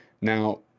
Now